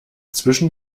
zwischen